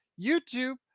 YouTube